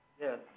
Yes